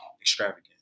extravagant